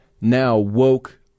now-woke